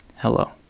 Hello